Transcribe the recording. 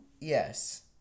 Yes